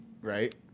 Right